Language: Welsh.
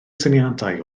syniadau